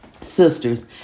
Sisters